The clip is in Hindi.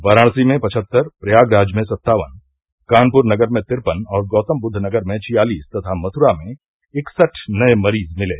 वाराणसी में पचहत्तर प्रयागराज में सत्तावन कानपुर नगर में तिरपन और गौतमबुद्व नगर में छियालिस तथा मथुरा में इकसठ नये मरीज मिले